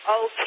Okay